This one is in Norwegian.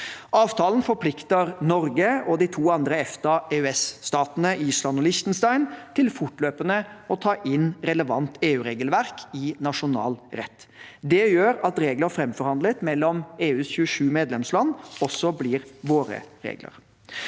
Avtalen forplikter Norge og de to andre EFTA/EØSstatene, Island og Liechtenstein, til fortløpende å ta inn relevant EU-regelverk i nasjonal rett. Det gjør at regler framforhandlet mellom EUs 27 medlemsland også blir våre regler.